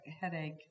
headache